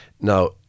now